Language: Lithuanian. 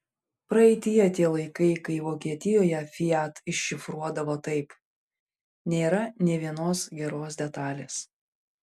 praeityje tie laikai kai vokietijoje fiat iššifruodavo taip nėra nė vienos geros detalės